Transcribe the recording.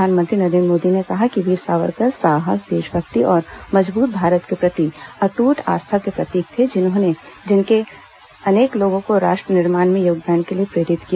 प्रधानमंत्री नरेन्द्र मोदी ने कहा कि वीर सावरकर साहस देशभक्ति और मजबूत भारत के प्रति अट्ट आस्था के प्रतीक थे जिन्होंने अनेक लोगों को राष्ट्र निर्माण में योगदान के लिए प्रेरित किया